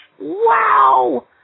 Wow